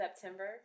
September